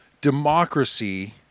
democracy